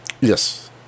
Yes